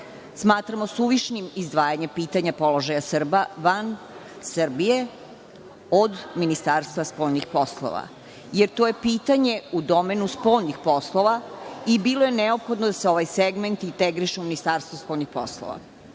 suvišnim izdvajanje pitanja položaja Srba van Srbije od Ministarstva spoljnih poslova, jer to je pitanje u domenu spoljnih poslova i bilo je neophodno da se ovaj segment integriše u Ministarstvu spoljnih poslova.